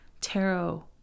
Tarot